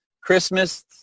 Christmas